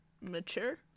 mature